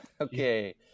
Okay